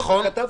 נכון.